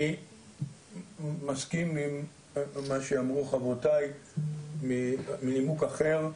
אני מסכים עם מה שאמרו חברותיי, מנימוק אחר.